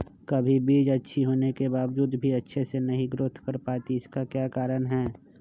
कभी बीज अच्छी होने के बावजूद भी अच्छे से नहीं ग्रोथ कर पाती इसका क्या कारण है?